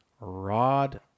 Rod